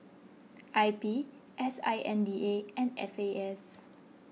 I P S I N D A and F A S